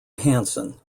hanson